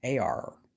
AR